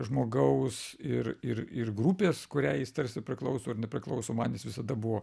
žmogaus ir ir ir grupės kuriai jis tarsi priklauso ar nepriklauso man jis visada buvo